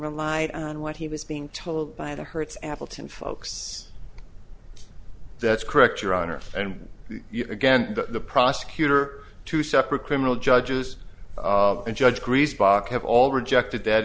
relied on what he was being told by the hertz appleton folks that's correct your honor and again the prosecutor two separate criminal judges and judge agrees bach have all rejected that